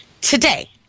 today